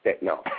no